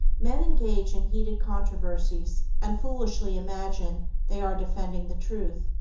men engage in heated controversies, and foolishly imagine they are defending the truth,